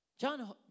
John